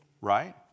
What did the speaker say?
right